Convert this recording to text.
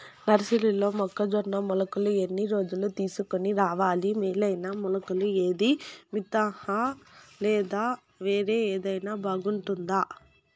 నర్సరీలో మొక్కజొన్న మొలకలు ఎన్ని రోజులకు తీసుకొని రావాలి మేలైన మొలకలు ఏదీ? మితంహ లేదా వేరే ఏదైనా బాగుంటుందా?